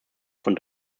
von